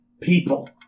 people